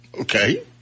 Okay